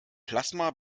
plasma